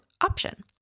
option